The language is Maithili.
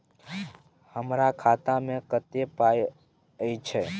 हमरा खाता में कत्ते पाई अएछ?